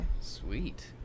sweet